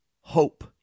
hope